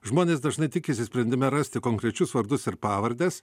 žmonės dažnai tikisi sprendime rasti konkrečius vardus ir pavardes